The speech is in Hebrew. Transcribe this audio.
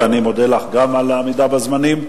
ואני מודה לך גם על העמידה בזמנים.